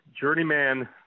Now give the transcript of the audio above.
journeyman